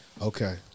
Okay